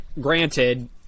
Granted